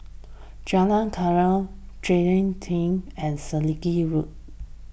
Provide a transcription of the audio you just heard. Jalan Chegar Jalan Pelatina and Selegie Road